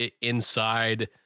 inside